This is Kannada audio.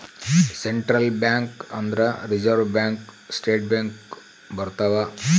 ಸೆಂಟ್ರಲ್ ಬ್ಯಾಂಕ್ ಅಂದ್ರ ರಿಸರ್ವ್ ಬ್ಯಾಂಕ್ ಸ್ಟೇಟ್ ಬ್ಯಾಂಕ್ ಬರ್ತವ